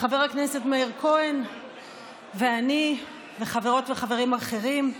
חבר הכנסת מאיר כהן ואני וחברות וחברים אחרים.